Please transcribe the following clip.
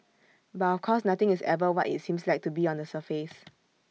but of course nothing is ever what IT seems like to be on the surface